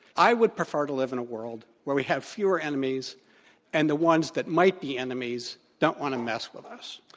i would prefer to live in a world where we have fewer enemies and the ones that might be enemies don't want to mess with us.